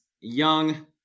young